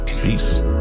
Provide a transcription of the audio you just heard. Peace